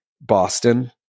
Boston